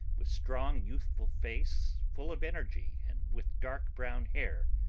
with strong, youthful face, full of energy, and with dark brown hair.